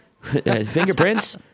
Fingerprints